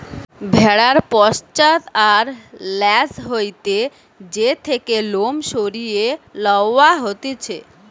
ভেড়ার পশ্চাৎ আর ল্যাজ হইতে যে থেকে লোম সরিয়ে লওয়া হতিছে